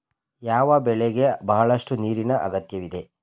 ಯಾವ ಬೆಳೆಗೆ ಬಹಳಷ್ಟು ನೀರಿನ ಅಗತ್ಯವಿದೆ?